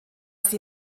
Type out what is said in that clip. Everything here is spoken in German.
sie